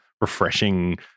refreshing